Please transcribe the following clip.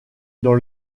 dans